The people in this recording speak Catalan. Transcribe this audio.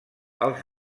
els